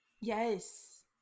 yes